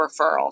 referrals